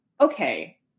okay